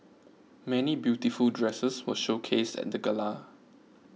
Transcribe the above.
many beautiful dresses were showcased at the Gala